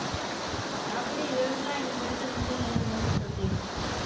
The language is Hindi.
आँकड़े व्यवसाय में बेहतर निर्णय लेने में मदद करते हैं